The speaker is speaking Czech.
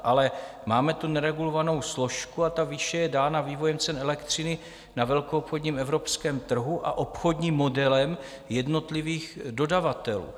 Ale máme neregulovanou složku a ta výše je dána vývojem cen elektřiny na velkoobchodním evropském trhu a obchodním modelem jednotlivých dodavatelů.